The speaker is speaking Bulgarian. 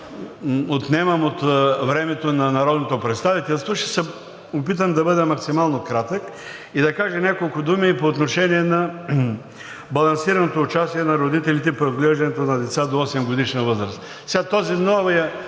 отнемам от времето на народното представителство, ще се опитам да бъда максимално кратък и да кажа няколко думи и по отношение на балансираното участие на родителите при отглеждането на деца до осемгодишна възраст.